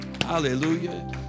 Hallelujah